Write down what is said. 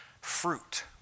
fruit